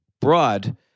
broad